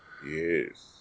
Yes